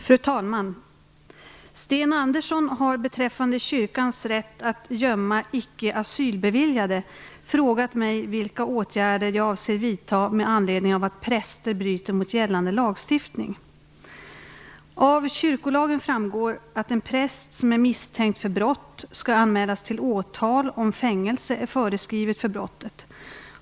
Fru talman! Sten Andersson har beträffande kyrkans rätt att gömma icke asylbeviljade frågat mig vilka åtgärder jag avser vidta med anledning av att präster bryter mot gällande lagstiftning. Av kyrkolagen framgår att en präst som är misstänkt för brott skall anmälas till åtal om fängelse är föreskrivet för brottet.